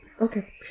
okay